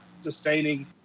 sustaining